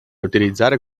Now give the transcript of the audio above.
utilizzare